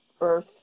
earth